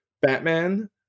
Batman